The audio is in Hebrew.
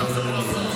אני באמת לא מבין,